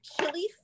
chili